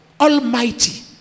Almighty